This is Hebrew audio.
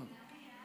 מה זה?